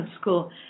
school